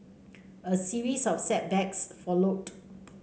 a series of setbacks followed